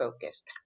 focused